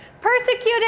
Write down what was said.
Persecuted